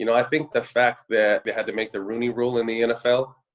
you know i think the fact that they had to make the rooney rule in the nfl,